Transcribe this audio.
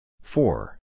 four